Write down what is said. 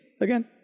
again